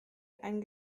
ein